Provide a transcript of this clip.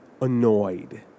annoyed